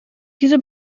diese